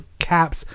caps